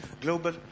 global